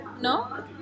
no